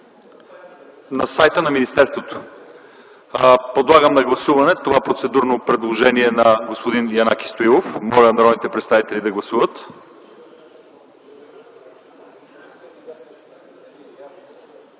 на сайта на министерството”. Подлагам на гласуване това процедурно предложение на господин Янаки Стоилов. Моля народните представители да гласуват.